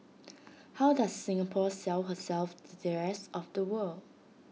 how does Singapore sell herself to the rest of the world